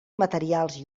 materials